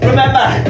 remember